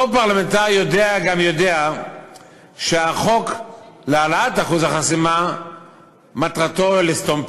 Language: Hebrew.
אותו פרלמנטר יודע גם יודע שהחוק להעלאת אחוז החסימה מטרתו לסתום פיות.